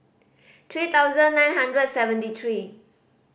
three thousand nine hundred seventy three